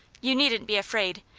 you needn't be afraid.